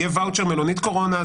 יהיה ואוצ'ר מלונית קורונה,